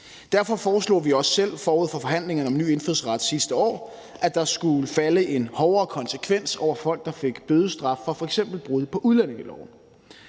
Derfor foreslog vi også selv forud for forhandlingerne om nye regler for dansk indfødsret sidste år, at der skulle falde en hårdere konsekvens over folk, der fik bødestraf for f.eks. brud på udlændingeloven.